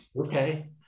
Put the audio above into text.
Okay